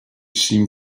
seem